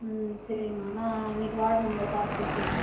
ம் சரிம்மா நான் இன்னைக்கு வார்ட் மெம்பரை பார்த்து பேசுறேன்